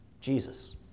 Jesus